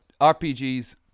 RPGs